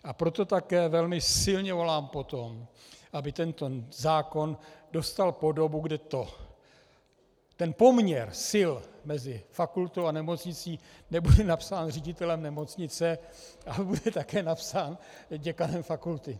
A proto také velmi silně volám po tom, aby tento zákon dostal podobu, kde poměr sil mezi fakultou a nemocnicí nebude napsán ředitelem nemocnice, ale bude také napsán děkanem fakulty.